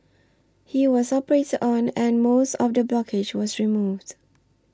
he was operated on and most of the blockage was removed